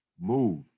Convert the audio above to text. move